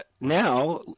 now